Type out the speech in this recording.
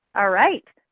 ah right,